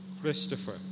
Christopher